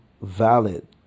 valid